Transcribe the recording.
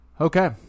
Okay